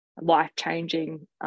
life-changing